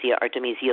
Artemisia